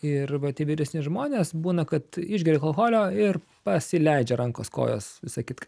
ir vat tie vyresni žmonės būna kad išgeria alkoholio ir pasileidžia rankos kojos visa kitka